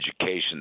education